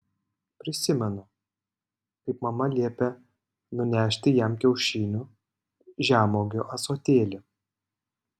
prisimenu kaip mama liepė nunešti jam kiaušinių žemuogių ąsotėlį